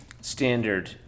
standard